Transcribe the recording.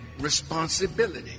responsibility